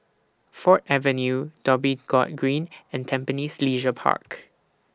Ford Avenue Dhoby Ghaut Green and Tampines Leisure Park